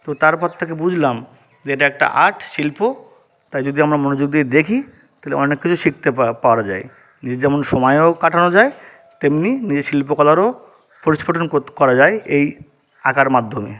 তো তার পর থেকে বুঝলাম যে এটা একটা আর্ট শিল্প তাই যদি আমরা মনোযোগ দিয়ে দেখি তাহলে অনেক কিছু শিখতে পারা যায় যে যেমন সময়ও কাটানো যায় তেমনি নিজের শিল্প কলারও পরিস্ফুটন করা যায় এই আঁকার মাধ্যমে